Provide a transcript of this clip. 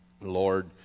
Lord